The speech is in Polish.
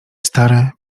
stare